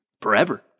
forever